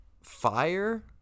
Fire